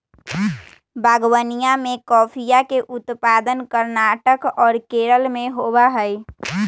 बागवनीया में कॉफीया के उत्पादन कर्नाटक और केरल में होबा हई